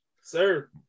Sir